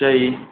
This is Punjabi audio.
ਅੱਛਾ ਜੀ